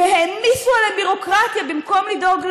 והעמיסו עליהם ביורוקרטיה במקום לדאוג להם,